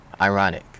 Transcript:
Ironic